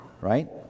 Right